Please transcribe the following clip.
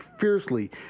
fiercely